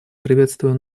приветствую